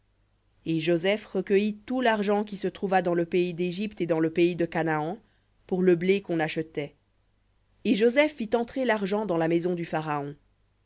et joseph recueillit tout l'argent qui se trouva dans le pays d'égypte et dans le pays de canaan pour le blé qu'on achetait et joseph fit entrer l'argent dans la maison du pharaon